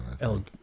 El